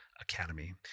Academy